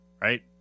right